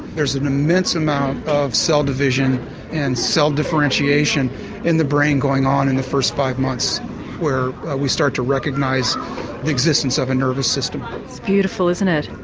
there's an immense amount of cell division and cell differentiation in the brain going on in the first five months where we start to recognise the existence of a nervous system. it's beautiful isn't it?